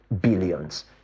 billions